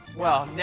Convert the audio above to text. well,